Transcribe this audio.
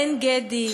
עין-גדי,